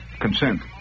consent